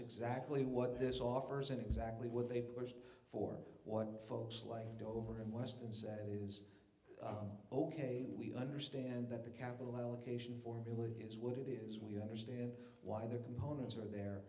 exactly what this offers and exactly what they pushed for what folks like dover and weston said is ok we understand that the capital allocation formula is what it is we understand why the components are there